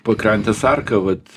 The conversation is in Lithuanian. pakrantės arka vat